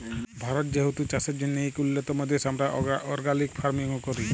ভারত যেহেতু চাষের জ্যনহে ইক উল্যতম দ্যাশ, আমরা অর্গ্যালিক ফার্মিংও ক্যরি